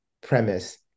premise